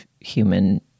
human